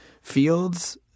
fields